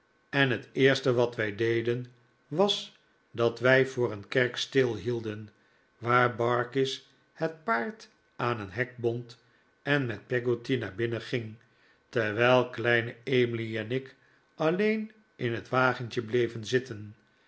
en het eerste wat wij deden was dat wij voor een kerk stilhielden waar barkis het paard aan een hek bond en met peggotty naar binnen ging terwijl kleine emily en ik alleen in het wagentje bleven zitten